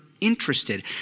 interested